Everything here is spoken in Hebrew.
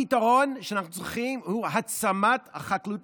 הפתרון שאנחנו צריכים הוא העצמת החקלאות